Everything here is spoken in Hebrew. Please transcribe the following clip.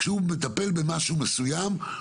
כשהוא מטפל במשהו מסוים,